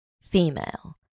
female